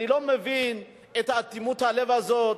אני לא מבין את אטימות הלב הזאת,